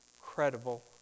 credible